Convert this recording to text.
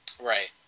Right